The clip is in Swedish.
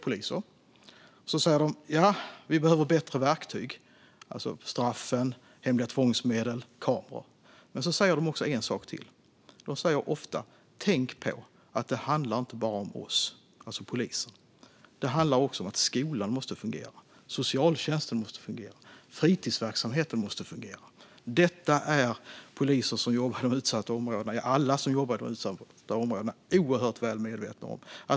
Och så säger de: Vi behöver bättre verktyg. Det handlar alltså om straffen, hemliga tvångsmedel och kameror. Men så säger de en sak till. De säger ofta: Tänk på att det inte bara handlar om polisen. Skolan måste fungera, socialtjänsten måste fungera och fritidsverksamheten måste fungera. Detta är poliser och alla som arbetar i de utsatta områdena oerhört medvetna om.